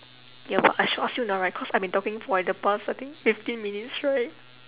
ya but I should ask you now right cause I've been talking for like the past I think fifteen minutes right